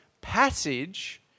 passage